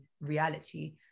reality